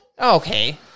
Okay